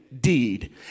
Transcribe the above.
deed